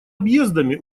объездами